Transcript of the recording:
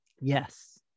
Yes